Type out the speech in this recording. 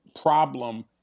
problem